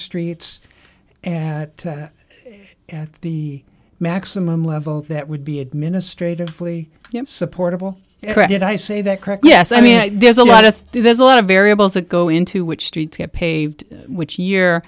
streets at the maximum level that would be administratively supportable did i say that correct yes i mean there's a lot of there's a lot of variables that go into which street to paved which